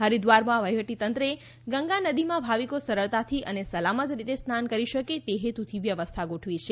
ફરિદ્વારમાં વફીવટીતંત્રે ગંગા નદીમાં ભાવિકો સરળતાથી અને સલામત રીતે સ્નાન કરી શકે તે હેતુથી વ્યવસ્થા ગોઠવી છે